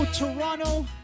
Toronto